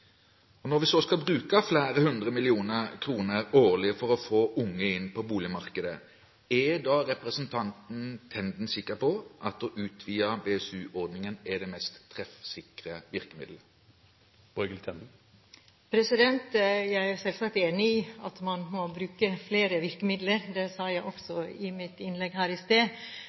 kroner. Når vi så skal bruke flere hundre millioner kroner årlig for å få unge inn på boligmarkedet, er da representanten Tenden sikker på at å utvide BSU-ordningen er det mest treffsikre virkemiddel? Jeg er selvsagt enig i at man må bruke flere virkemidler, det sa jeg også i mitt innlegg her i sted.